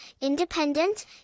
independent